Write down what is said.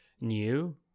new